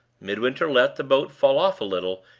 midwinter let the boat fall off a little,